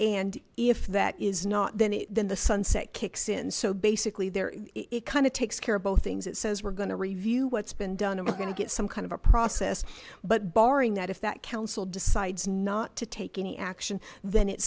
and if that is not then then the sunset kicks in so basically there it kind of takes care of both things it says we're going to review what's been done and we're going to get some kind of a process but barring that if that council decides not to take any action then it